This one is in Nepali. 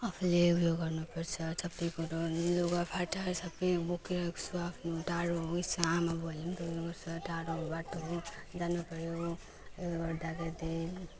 आफूले ऊ यो गर्नु पर्छ सबै कुरो लुगा फाटा सबै बोकिराख्छु आफ्नो टाढो होस् आमा बाउले पुग्नु पर्छ टाढो बाटो हो जानु पऱ्यो त्यसले गर्दाखेरि त्यही